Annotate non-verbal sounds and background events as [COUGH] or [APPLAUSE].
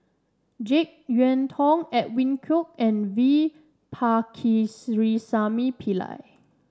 JeK Yeun Thong Edwin Koek and V [UNINTELLIGIBLE] Pillai